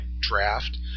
draft